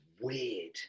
weird